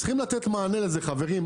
צריכים לתת לזה מענה, חברים.